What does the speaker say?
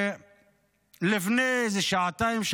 לפני שעתיים,